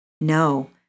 no